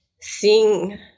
sing